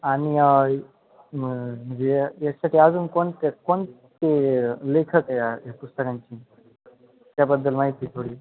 आणि म्हणजे याचसाठी अजून कोणत्या कोणते लेखक आहे हे पुस्तकांचे त्याबद्दल माहिती थोडी